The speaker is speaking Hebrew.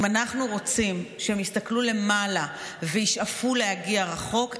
אם אנחנו רוצים שהן יסתכלו למעלה וישאפו להגיע רחוק,